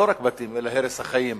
לא רק בתים אלא הרס החיים,